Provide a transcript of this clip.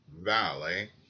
Valley